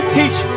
teach